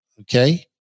okay